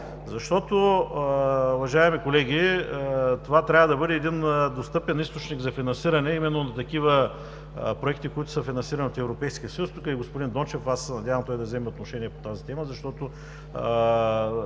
защото, уважаеми колеги, това трябва да бъде един достъпен източник за финансиране именно на такива проекти, които са финансирани от Европейския съюз. Тук е и господин Дончев и аз се надявам той да вземе отношение по тази тема, защото